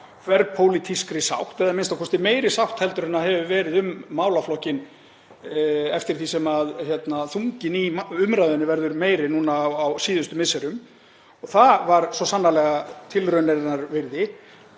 þverpólitískri sátt eða a.m.k. meiri sátt heldur en hefur verið um málaflokkinn eftir því sem þunginn í umræðunni hefur verið meiri núna á síðustu misserum og það var svo sannarlega tilraunarinnar virði.